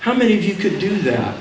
how many of you could do that